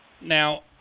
Now